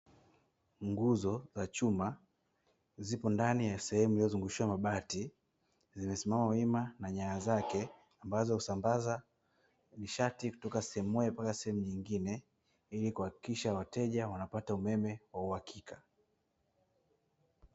Nguzo za chuma, zipo ndani ya sehemu iliyozungushiwa mabati, zimesimama wima na nyaya zake, ambazo husambaza nishati kutoka sehemu moja kwenda sehemu nyingine, ili kuhakikisha wateja wanapata umeme wa uhakika.